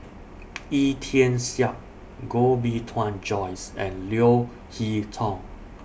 Wee Tian Siak Koh Bee Tuan Joyce and Leo Hee Tong